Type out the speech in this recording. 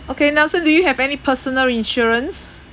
okay nelson do you have any personal insurance